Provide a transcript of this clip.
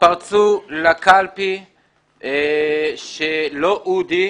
התפרצו לקלפי, לא אודי,